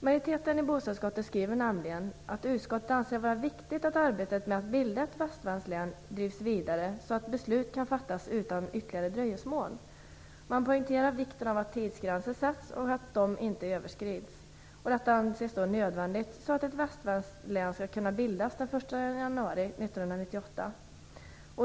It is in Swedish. Majoriteten i bostadsutskottet skriver nämligen att utskottet anser det vara viktigt att arbetet med att bilda ett västsvenskt län drivs vidare så att beslut kan fattas utan ytterligare dröjsmål. Man poängterar vikten av att tidsgränser sätts och att de inte överskrids. Detta anses nödvändigt så att ett västsvenskt län skall kunna bildas den 1 januari 1998.